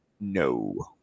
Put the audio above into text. No